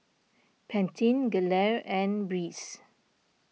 Pantene Gelare and Breeze